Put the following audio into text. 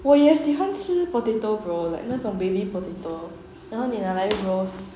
我也喜欢吃 potato bro like 那种 baby potato 然后你拿来 roast